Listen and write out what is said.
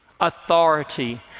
authority